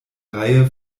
reihe